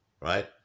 Right